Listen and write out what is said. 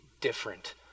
different